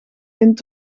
vind